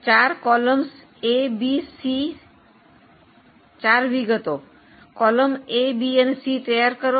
ચાર વિગતો કોલુમ્ને A B C A B C તૈયાર કરો